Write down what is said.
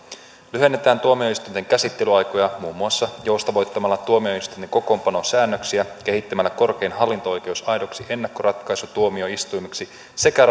lyhennetään tuomioistuinten käsittelyaikoja muun muassa joustavoittamalla tuomioistuimen kokoonpanosäännöksiä kehittämällä korkein hallinto oikeus aidoksi ennakkoratkaisutuomioistuimeksi sekä